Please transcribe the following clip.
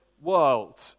world